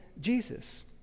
Jesus